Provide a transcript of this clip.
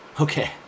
Okay